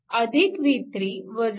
v3 v2 0